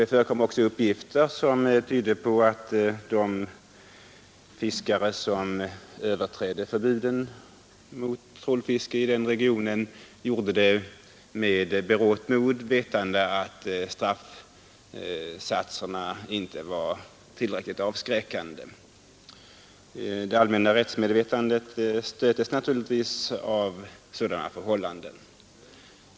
Det förekom också uppgifter som tydde på att de fiskare som överträdde förbudet mot trålfisket i denna region gjorde det med berått mod, vetande att straffsatserna inte var tillräckligt avskräckande. Det allmänna rättsmedvetandet stöts naturligtvis av sådana förhållanden.